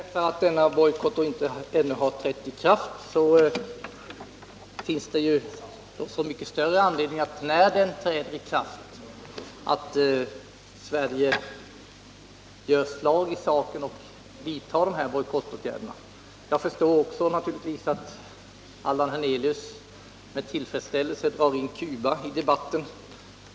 Herr talman! Med anledning av påpekandet att bojkotten ännu inte har trätt i kraft vill jag säga, att Sverige har desto större anledning att göra slag i saken när den träder i kraft och ge sitt bidrag till bojkottåtgärderna. Jag förstår vidare att det är med tillfredsställelse som Allan Hernelius tar in Cuba i debatten.